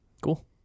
cool